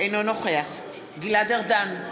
אינו נוכח גלעד ארדן,